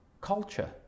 culture